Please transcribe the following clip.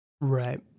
right